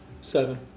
Seven